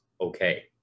okay